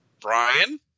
Brian